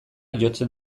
jotzen